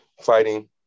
Fighting